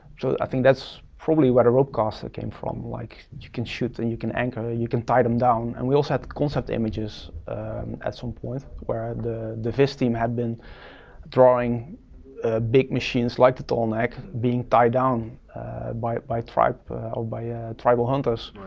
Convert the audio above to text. so i think that's probably where the rope caster came from. like you can shoot and you can anchor, you can tie them down and we also had the concept images at some point, where the the visteam had been drawing big machines like the tall neck, being tied down by a tribe, or by tribal hunters.